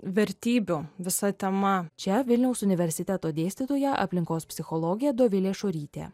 vertybių visa tema čia vilniaus universiteto dėstytoja aplinkos psichologė dovilė šorytė